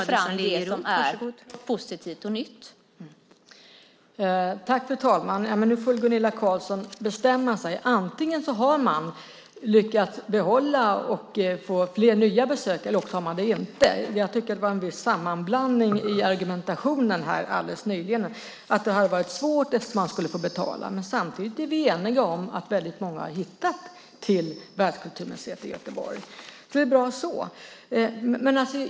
Fru talman! Nu får Gunilla Carlsson bestämma sig, antingen har man lyckats behålla och få fler nya besökare, eller också har man inte gjort det. Jag tycker att det var en viss sammanblandning i argumentationen här alldeles nyligen, att det har varit svårt eftersom man skulle få betala. Men samtidigt är vi eniga om att väldigt många har hittat till Världskulturmuseet i Göteborg. Det är bra så.